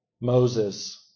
Moses